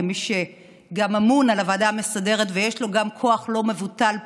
כמי שגם אמון על הוועדה המסדרת וגם יש לו כוח פוליטי